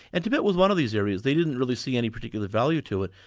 and tibet was one of these areas. they didn't really see any particular value to it.